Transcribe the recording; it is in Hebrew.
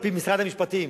על-פי משרד המשפטים,